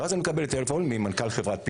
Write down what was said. ואז, אני מקבל טלפון ממנכ"ל חברת "פלפל",